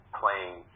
playing